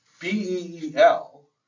B-E-E-L